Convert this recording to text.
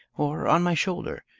or on my shoulder.